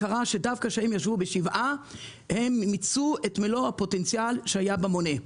קרה שדווקא כשהם ישבו שבעה הם מיצו את מלוא הפוטנציאל שהיה במונה.